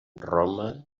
roma